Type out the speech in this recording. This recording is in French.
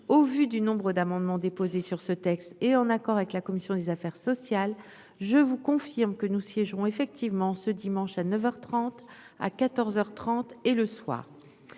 Au vu du nombre d'amendements déposés sur ce texte et en accord avec la commission des affaires sociales. Je vous confirme que nous siégeons effectivement ce dimanche à 9h 30 à 14h 30 et le soir.